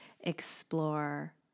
explore